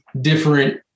different